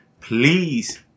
Please